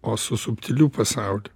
o su subtiliu pasauliu